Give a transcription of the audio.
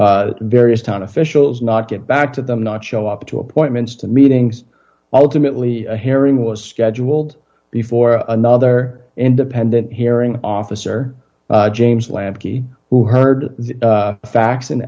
to various town officials not get back to them not show up to appointments to meetings ultimately a hearing was scheduled before another independent hearing officer james lafferty who heard the facts